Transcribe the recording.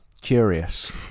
curious